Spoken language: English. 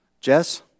Jess